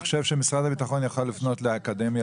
אני חושב שמשרד הביטחון יכול לפנות לאקדמיה